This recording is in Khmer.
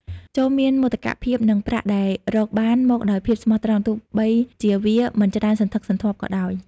ចូរមានមោទកភាពនឹងប្រាក់ដែលរកបានមកដោយភាពស្មោះត្រង់ ទោះបីជាវាមិនច្រើនសន្ធឹកសន្ធាប់ក៏ដោយ។